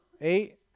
Eight